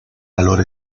valor